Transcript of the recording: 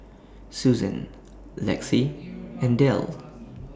Susan Lexie and Delle